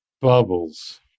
bubbles